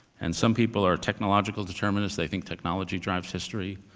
and some people are technological determinists. they think technology drives history.